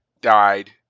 died